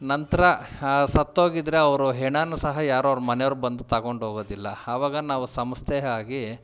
ನಂತರ ಸತ್ತೋಗಿದ್ದರೆ ಅವರ ಹೆಣಾನ ಸಹ ಯಾರೂ ಅವ್ರ ಮನೆಯವ್ರು ಬಂದು ತಗೊಂಡು ಹೋಗೋದಿಲ್ಲ ಅವಾಗ ನಾವು ಸಂಸ್ಥೆ ಆಗಿ